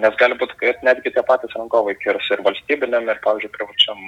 nes gali būt kad netgi tie patys rangovai kirs ir valstybiniam ir pavyzdžiui privačiam